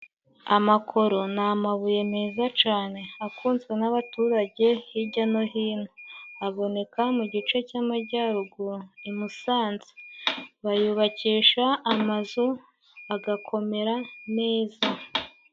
Amakoro ni amabuye meza cane，akunzwe n'abaturage hijya no hino， aboneka mu gice c’amajyaruguru i Musanze. Bayubakisha amazu agakomera neza.